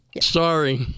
Sorry